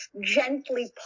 gently